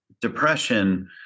depression